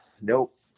nope